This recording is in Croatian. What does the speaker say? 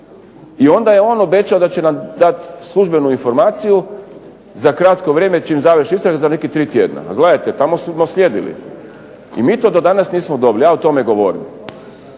I onda je on obećao da će nam dati službenu informaciju za kratko vrijeme čim završi istraga za nekih 3 tjedna. Ma gledajte, tamo smo sjedili i mi to do danas nismo dobili. Ja o tome govorim.